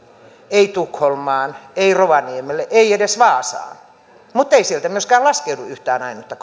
ei tukholmaan ei rovaniemelle ei edes vaasaan mutta ei sieltä myöskään laskeudu yhtään ainutta